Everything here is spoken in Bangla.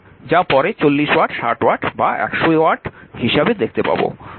যা পরে 40 ওয়াট 60 ওয়াট বা 100 ওয়াট হিসাবে দেখতে পাব